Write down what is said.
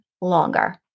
longer